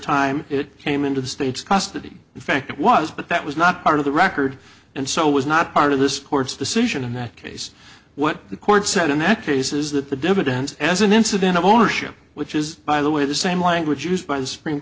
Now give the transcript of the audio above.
time it came into the state's custody in fact it was but that was not part of the record and so was not part of this court's decision in that case what the court said in that case is that the dividends as an incident of ownership which is by the way the same language used by the supreme